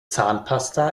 zahnpasta